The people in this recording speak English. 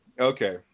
Okay